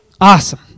Awesome